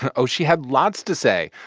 ah oh, she had lots to say,